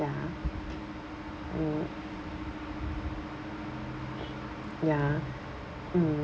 ya mm ya mm